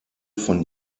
von